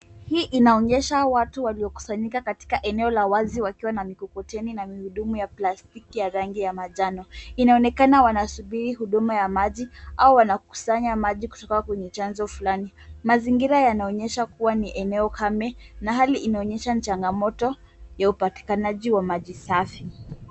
Hii inaonyesha watu waliokusanyika katika eneo wazi wakiwa na mikokoteni na migurudumu ya plastiki ya rangi ya manjano. Inaonekana wanasubiri huduma ya maji au wanakusanya maji kutoka kwenye chanzo fulani. Mazingira yanaonyesha kuwa ni eneo kame na hali inaonyesha ni changamoto ya upatikanaji wa maji safi.